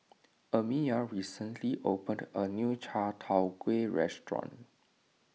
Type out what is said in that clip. Amiyah recently opened a new Chai Tow Kuay restaurant